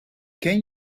can